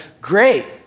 great